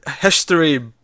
history